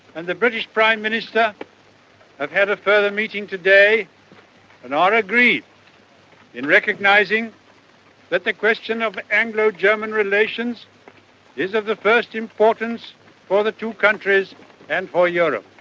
and the british prime minister, have had a further meeting today and are agreed in recognising that the question of anglo-german relations is of the first importance for the two countries and for europe.